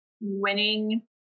winning